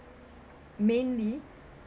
mainly